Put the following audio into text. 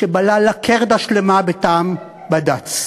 שבלע לקרדה שלמה בטעם בד"ץ